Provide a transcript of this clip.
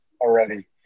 already